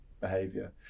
behavior